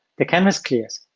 the canvas clears.